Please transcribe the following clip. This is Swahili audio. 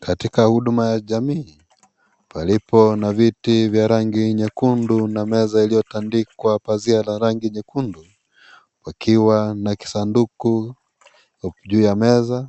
Katika huduma ya jamii, palipo na viti vya rangi nyekundu na meza iliyotandikwa pazia la rangi nyekundu, wakiwa na kisanduku juu ya meza,